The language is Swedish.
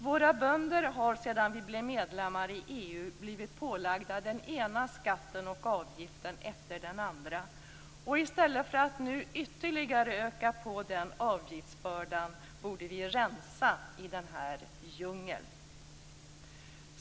Våra bönder har sedan vi blev medlemmar i EU blivit pålagda den ena skatten och avgiften efter den andra och i stället för att nu ytterligare öka den avgiftsbördan borde vi rensa i den här djungeln.